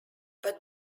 but